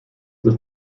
ist